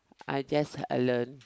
I just uh learn